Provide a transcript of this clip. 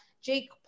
jake